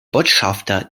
botschafter